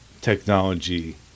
technology